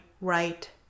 right